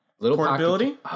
Portability